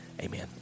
Amen